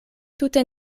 tute